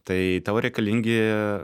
tai tau reikalingi